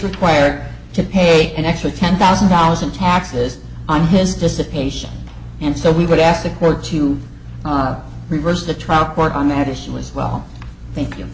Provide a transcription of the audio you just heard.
required to pay an extra ten thousand dollars in taxes on his dissipation and so we would ask the court to reverse the trial court on that issue as well thank you